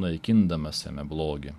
naikindamas blogį